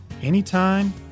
Anytime